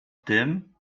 tym